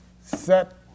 set